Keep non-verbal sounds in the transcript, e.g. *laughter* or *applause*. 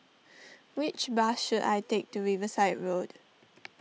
*noise* which bus should I take to Riverside Road